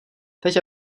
teď